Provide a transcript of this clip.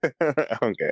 Okay